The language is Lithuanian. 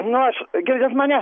nu aš girdit mane